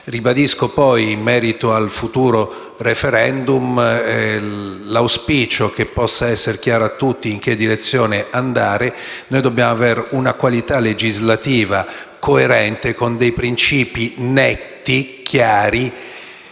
Ribadisco poi, in merito al futuro *referendum*, l'auspicio che possa essere chiaro a tutti in che direzione andare. Noi dobbiamo avere una qualità legislativa coerente con principi netti, chiari,